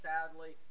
Sadly